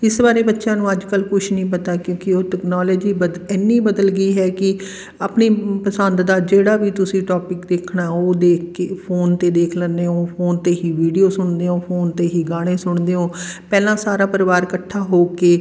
ਇਸ ਬਾਰੇ ਬੱਚਿਆਂ ਨੂੰ ਅੱਜ ਕੱਲ੍ਹ ਕੁਛ ਨਹੀਂ ਪਤਾ ਕਿਉਂਕਿ ਉਹ ਟੈਕਨੋਲੋਜੀ ਬਦ ਇੰਨੀ ਬਦਲ ਗਈ ਹੈ ਕਿ ਆਪਣੀ ਪਸੰਦ ਦਾ ਜਿਹੜਾ ਵੀ ਤੁਸੀਂ ਟੋਪਿਕ ਦੇਖਣਾ ਉਹ ਦੇਖ ਕੇ ਫੋਨ 'ਤੇ ਦੇਖ ਲੈਂਦੇ ਹੋ ਫੋਨ 'ਤੇ ਹੀ ਵੀਡੀਓ ਸੁਣਦੇ ਹੋ ਫੋਨ 'ਤੇ ਹੀ ਗਾਣੇ ਸੁਣਦੇ ਹੋ ਪਹਿਲਾਂ ਸਾਰਾ ਪਰਿਵਾਰ ਇਕੱਠਾ ਹੋ ਕੇ